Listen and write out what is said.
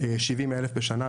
70 אלף בשנה,